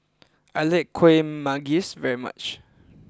I like kuih Manggis very much